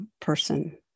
person